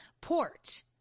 port